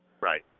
Right